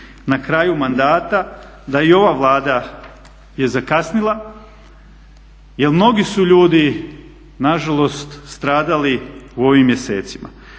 na kraju mandata da i ova Vlada je zakasnila jer mnogi su ljudi nažalost stradali u ovim mjesecima.